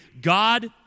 God